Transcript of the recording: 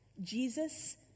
Jesus